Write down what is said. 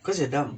cause your dumb